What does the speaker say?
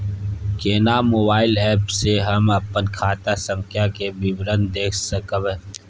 केना mobile app से हम अपन खाता संख्या के विवरण देख सकब?